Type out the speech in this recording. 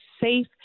safe